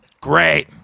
Great